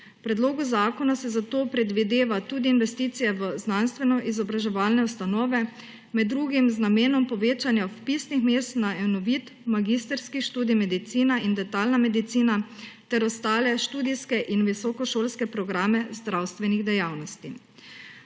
predlogu zakona se zato predvideva tudi investicije v znanstveno-izobraževalne ustanove, med drugim z namenom povečanja vpisnih mest na enovit magistrski študij Medicina in Dentalna medicina ter ostale študijske in visokošolske programe zdravstvenih dejavnosti.